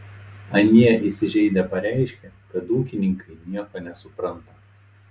anie įsižeidę pareiškė kad ūkininkai nieko nesupranta